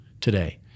today